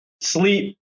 Sleep